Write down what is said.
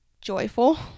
joyful